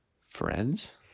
Friends